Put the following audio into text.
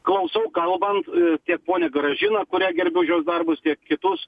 klausau kalbant tiek ponią gražiną kurią gerbiu už jos darbus tiek kitus